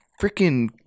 freaking